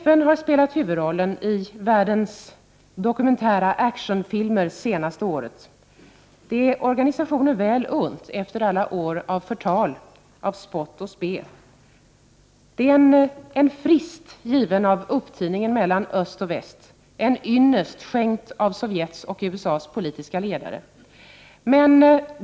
FN har spelat huvudrollen i världens dokumentära actionfilmer det senaste året. Det är organisationen väl unt efter alla år av förtal, spott och spe. Detta är en frist given av upptiningen mellan öst och väst, en ynnest skänkt av Sovjets och USA:s politiska ledare.